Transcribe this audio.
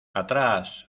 atrás